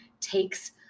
takes